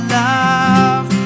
love